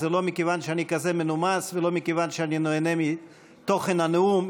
זה לא מכיוון שאני כזה מנומס ולא מכיוון שאני נהנה מתוכן הנאום,